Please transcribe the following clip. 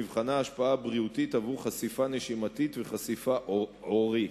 נבחנה ההשפעה הבריאותית של חשיפה נשימתית וחשיפה עורית.